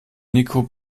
niko